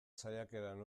saiakeran